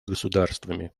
государствами